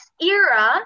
era